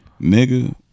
Nigga